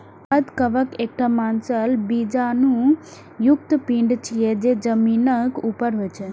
खाद्य कवक एकटा मांसल बीजाणु युक्त पिंड छियै, जे जमीनक ऊपर होइ छै